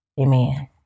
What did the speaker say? amen